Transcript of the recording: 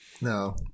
No